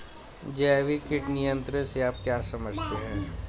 जैविक कीट नियंत्रण से आप क्या समझते हैं?